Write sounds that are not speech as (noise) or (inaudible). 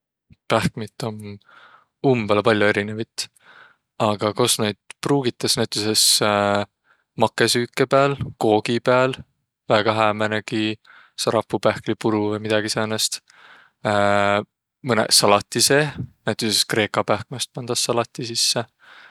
Pähkmit om umbõlõ pall'o erinevit. Aga kos naid pruugitas, näütüses (hesitation) makõsüüke pääl, koogi pääl, väega hää määnegi sarapuupähkmä puru vai midägi säänest, (hesitation) mõnõq salati seeh. Näütüses kreeka pähkmäst pandas salati sisse.